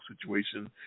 situation